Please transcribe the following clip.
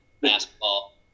basketball